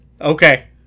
Okay